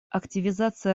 активизация